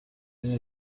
این